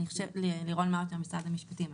משרד המשפטים.